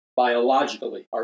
Biologically